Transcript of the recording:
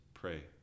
pray